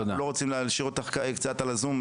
אנחנו לא רוצים להשאיר אותך על הזום,